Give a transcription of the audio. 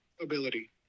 ability